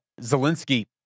Zelensky